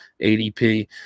ADP